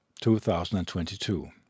2022